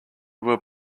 were